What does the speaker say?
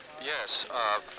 Yes